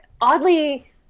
oddly